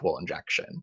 injection